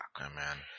Amen